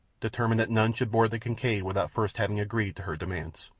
determined that none should board the kincaid without first having agreed to her demands.